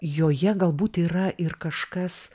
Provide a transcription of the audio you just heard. joje galbūt yra ir kažkas